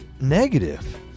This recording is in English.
negative